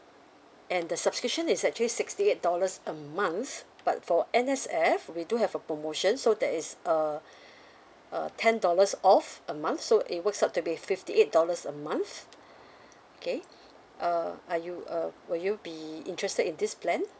and the subscription is actually sixty eight dollars a month but for N_S_F we do have a promotion so that is uh uh ten dollars off a month so it works out to be fifty eight dollars a month okay uh are you uh will you be interested in this plan